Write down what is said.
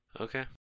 Okay